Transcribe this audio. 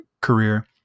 career